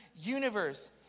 universe